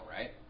right